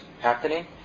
happening